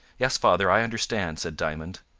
yes, father, i understand, said diamond.